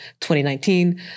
2019